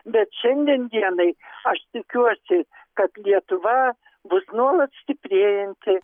bet šiandien dienai aš tikiuosi kad lietuva bus nuolat stiprėjanti